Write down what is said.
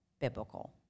biblical